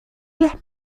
lamas